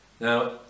Now